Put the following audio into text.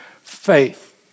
Faith